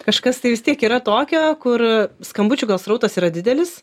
kažkas tai vis tiek yra tokio kur skambučių gal srautas yra didelis